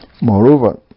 Moreover